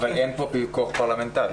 אין כאן פיקוח פרלמנטרי.